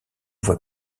voie